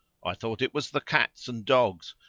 i thought it was the cats and dogs,